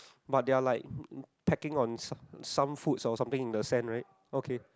but they are like packing on some some food or something in the sand right